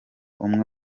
umwe